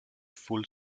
full